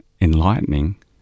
enlightening